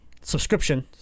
subscription